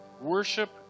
worship